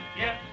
Yes